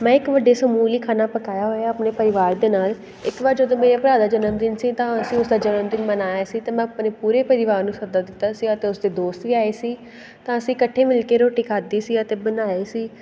ਮੈਂ ਇੱਕ ਵੱਡੇ ਸਮੂਹ ਲਈ ਖਾਣਾ ਪਕਾਇਆ ਹੋਇਆ ਆਪਣੇ ਪਰਿਵਾਰ ਦੇ ਨਾਲ ਇੱਕ ਵਾਰ ਜਦੋਂ ਮੇਰੇ ਭਰਾ ਦਾ ਜਨਮਦਿਨ ਸੀ ਤਾਂ ਅਸੀਂ ਉਸਦਾ ਜਨਮਦਿਨ ਮਨਾਇਆ ਸੀ ਅਤੇ ਮੈਂ ਆਪਣੇ ਪੂਰੇ ਪਰਿਵਾਰ ਨੂੰ ਸੱਦਾ ਦਿੱਤਾ ਸੀ ਅਤੇ ਉਸਦੇ ਦੋਸਤ ਵੀ ਆਏ ਸੀ ਤਾਂ ਅਸੀਂ ਇਕੱਠੇ ਮਿਲ ਕੇ ਰੋਟੀ ਖਾਧੀ ਸੀ ਅਤੇ ਬਣਾਈ ਸੀ